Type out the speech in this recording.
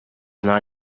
not